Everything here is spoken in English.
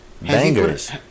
Bangers